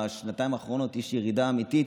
בשנתיים האחרונות יש ירידה אמיתית,